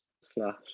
slash